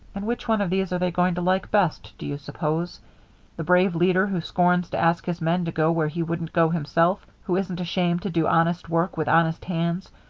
and which one of these are they going to like best, do you suppose the brave leader who scorns to ask his men to go where he wouldn't go himself, who isn't ashamed to do honest work with honest hands,